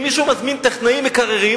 אם מישהו מזמין טכנאי מקררים,